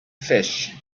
fish